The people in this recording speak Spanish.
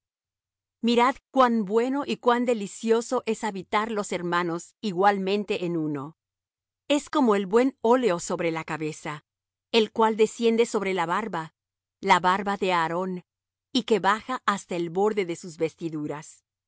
mirad cuán bueno y cuán delicioso es habitar los hermanos igualmente en uno es como el buen óleo sobre la cabeza el cual desciende sobre la barba la barba de aarón y que baja hasta el borde de sus vestiduras